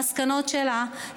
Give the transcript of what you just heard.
במסקנות שלה,